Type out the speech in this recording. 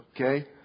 Okay